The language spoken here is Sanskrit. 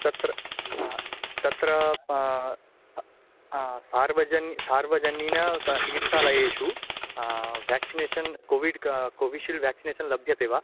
तत्र तत्र सार्वजन् सार्वजनिक चिकित्सालयेषु व्याक्शिनेशन् कोविड् कः कोविशील्ड् लभ्यते वा